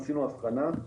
עשינו הבחנה,